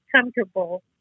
comfortable